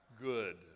good